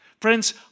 Friends